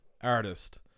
artist